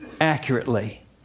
accurately